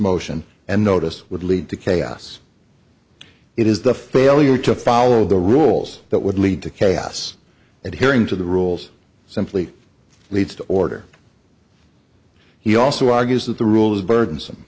motion and notice would lead to chaos it is the failure to follow the rules that would lead to chaos adhering to the rules simply leads to order he also argues that the rules burdensome